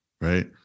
right